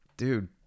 dude